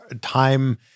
time